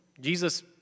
Jesus